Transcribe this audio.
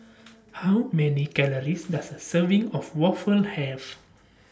How Many Calories Does A Serving of Waffle Have